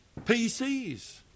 PCs